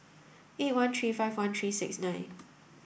eight one three five one three six nine